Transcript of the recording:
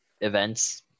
events